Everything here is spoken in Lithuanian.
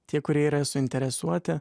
tie kurie yra suinteresuoti